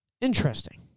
Interesting